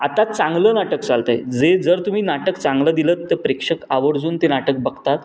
आता चांगलं नाटक चालत आहे जे जर तुम्ही नाटक चांगलं दिलं तर प्रेक्षक आवर्जून ते नाटक बघतात